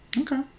Okay